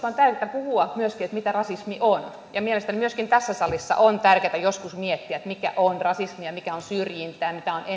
puhua myöskin siitä mitä rasismi on ja mielestäni myöskin tässä salissa on tärkeätä joskus miettiä mikä on rasismia ja mikä on syrjintää mikä on ennakkoluuloja